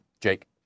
Jake